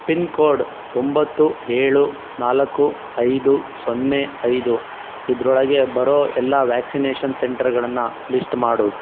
pin code ಒಂಬತ್ತು ಏಳು ನಾಲ್ಕು ಐದು ಸೊನ್ನೆ ಐದು ಇದರೊಳಗೆ ಬರೋ ಎಲ್ಲ ವ್ಯಾಕ್ಸಿನೇಷನ್ ಸೆಂಟರ್ಗಳನ್ನು ಲಿಸ್ಟ್ ಮಾಡು